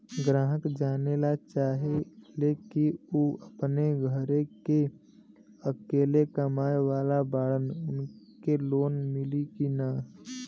ग्राहक जानेला चाहे ले की ऊ अपने घरे के अकेले कमाये वाला बड़न उनका के लोन मिली कि न?